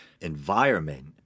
environment